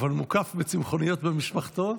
אבל מוקף בצמחוניות במשפחתו.